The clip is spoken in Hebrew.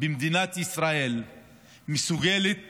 במדינת ישראל מסוגלת